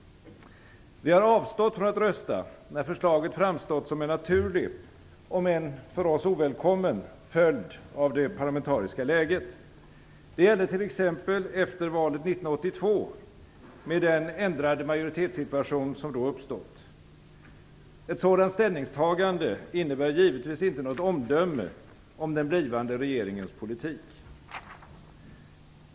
Vi har avstått från att rösta, när förslaget framstått som en naturlig - om än för oss ovälkommen - följd av det parlamentariska läget. Det gällde t.ex. efter valet 1982 med den ändrade majoritetssituation som då uppstått. Ett sådant ställningstagande innebär givetvis inte något omdöme om den blivande regeringens politik.